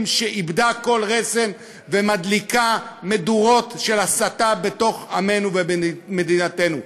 שאיבדה כל רסן ומדליקה מדורות של הסתה בתוך עמנו ובמדינתנו.